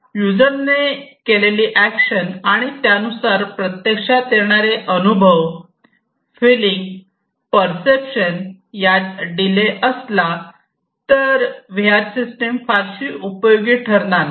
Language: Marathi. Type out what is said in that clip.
युजर ने केलेली एक्शन आणि त्यानुसार प्रत्यक्षात येणारे अनुभव फिलिंग पर्सेप्शन यात डीले असला तर व्ही आर सिस्टम फारशी उपयोगी ठरणार नाही